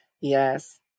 Yes